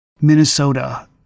Minnesota